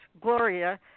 Gloria